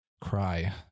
cry